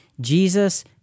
Jesus